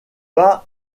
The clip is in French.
pas